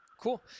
cool